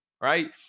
right